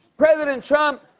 president trump,